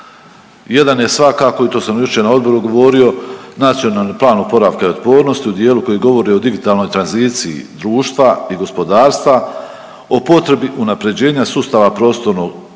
Jedan je svakako i to sam jučer na Odboru govorio Nacionalni plan oporavka i otpornosti u dijelu koji govori o digitalnoj tranziciji društva i gospodarstva, o potrebi unapređenja sustava prostornog uređenja,